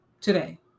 today